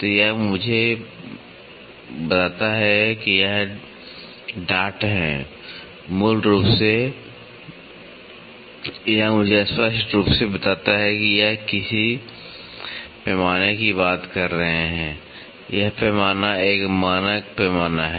तो यह मुझे बताता है कि ये डाट हैं मूल रूप से यह मुझे स्पष्ट रूप से बताता है कि ये किसी पैमाने की बात कर रहे हैं और यह पैमाना एक मानक पैमाना है